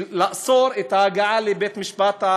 לאסור את ההגעה לבית-משפט,